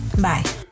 Bye